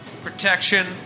Protection